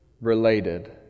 related